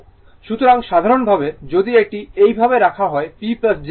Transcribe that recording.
সুতরাং সাধারণভাবে যদি এটি এইভাবে রাখা হয় P jQ ভোল্টেজ গুণ কারেন্ট কনজুগেট